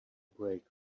break